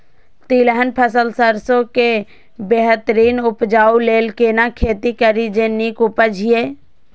तिलहन फसल सरसों के बेहतरीन उपजाऊ लेल केना खेती करी जे नीक उपज हिय?